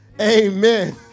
Amen